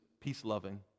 peace-loving